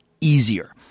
easier